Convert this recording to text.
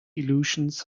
illusions